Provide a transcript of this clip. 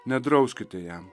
nedrauskite jam